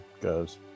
goes